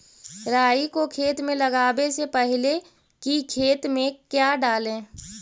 राई को खेत मे लगाबे से पहले कि खेत मे क्या डाले?